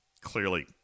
clearly